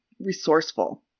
resourceful